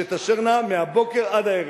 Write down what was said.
שתשרנה מהבוקר עד הערב.